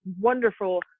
wonderful